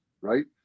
right